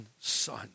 son